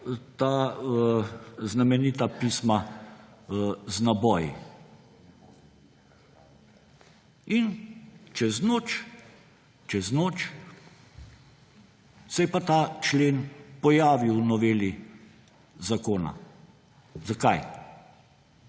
znamenita pisma z naboji, čez noč se je pa ta člen pojavil v noveli zakona. Zakaj?